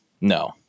no